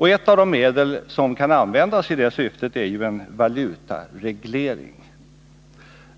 Ett av de medel som kan användas det syftet är en valutareglering.